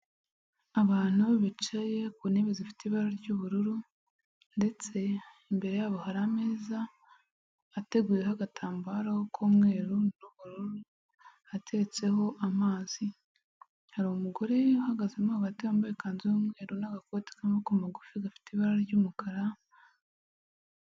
Abantu bicaye ku ntebe zifite ibara ry'ubururu, ndetse imbere yabo hari ameza ateguyeho agatambaro k'umweru n'ubururu, ateretseho amazi. Hari umugore uhagazemo hagati wambaye ikanzu y'umweru n'agakoti k'amaboko magufi gafite ibara ry'umukara...